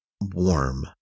warm